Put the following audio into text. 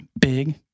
big